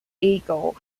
eagle